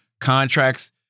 contracts